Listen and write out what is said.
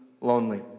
lonely